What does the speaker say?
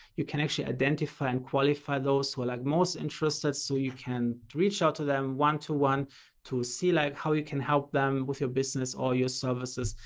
you can actually identify and qualify those who are like most interested so you can reach out to them one to one to see like how you can help them with your business or your services.